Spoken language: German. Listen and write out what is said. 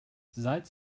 seit